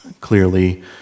clearly